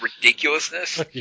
ridiculousness